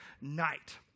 night